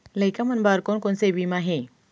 लइका मन बर कोन कोन से बीमा हे?